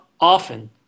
often